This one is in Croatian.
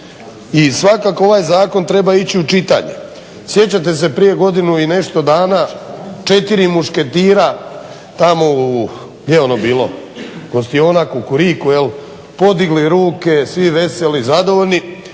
I svakako ovaj zakon treba ići u čitanje. Sjećate se prije godinu i nešto dana četiri mušketira tamo gdje je ono bilo gostiona Kukuriku, jel' podigli ruke svi veseli, zadovoljni.